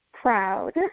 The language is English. proud